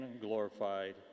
glorified